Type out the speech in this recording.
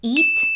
Eat